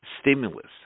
stimulus